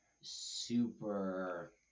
super